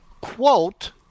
quote